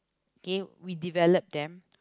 kay we develop them